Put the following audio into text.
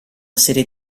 serie